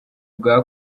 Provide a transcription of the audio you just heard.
bwa